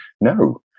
no